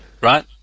right